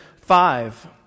five